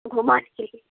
घुमाके